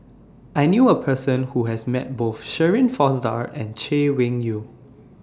I knew A Person Who has Met Both Shirin Fozdar and Chay Weng Yew